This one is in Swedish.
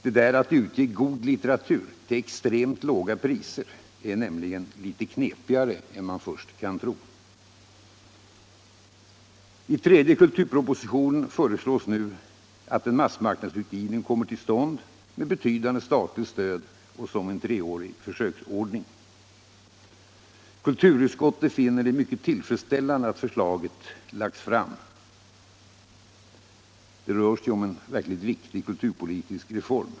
Det där att utge god litteratur till extremt låga priser är nämligen litet knepigare än man först kan tro. Kulturutskottet finner det mycket tillfredsställande au förslaget lagts fram. Det rör sig om en verkligt viktig kulturpolitisk reform.